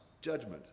judgment